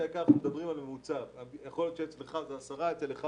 קח לדוגמה את בית